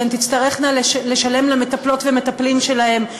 שהן תצטרכנה לשלם למטפלות והמטפלים שלהן,